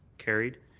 carried.